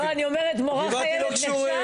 לא, אני אומרת, מורה חיילת נחשב?